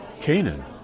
Canaan